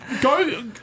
go